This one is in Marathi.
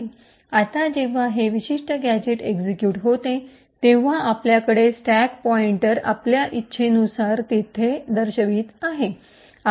आता जेव्हा हे विशिष्ट गॅझेट एक्सिक्यूट होते तेव्हा आपल्याकडे स्टॅक पॉईंटर आपल्या इच्छेनुसार येथे दर्शवित आहे